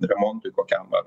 remontui kokiam ar